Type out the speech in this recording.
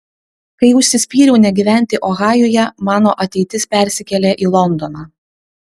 kai užsispyriau negyventi ohajuje mano ateitis persikėlė į londoną